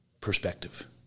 perspective